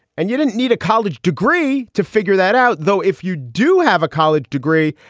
and you didn't need a college degree to figure that out, though. if you do have a college degree,